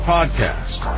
Podcast